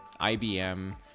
ibm